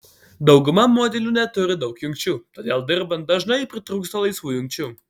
dauguma modelių neturi daug jungčių todėl dirbant dažnai pritrūksta laisvų jungčių